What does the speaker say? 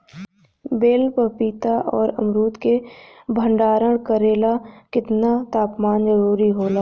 बेल पपीता और अमरुद के भंडारण करेला केतना तापमान जरुरी होला?